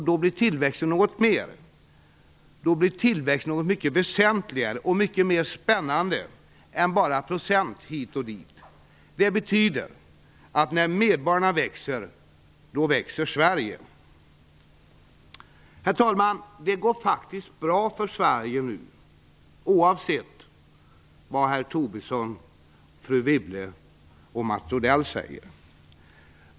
Då blir tillväxt något mer, något mycket väsentligare och mycket mer spännande än bara procent hit och dit. Det betyder att när medborgarna växer, då växer Sverige. Herr talman! Det går faktiskt bra för Sverige nu, oavsett vad herr Tobisson, fru Wibble och herr Odell säger.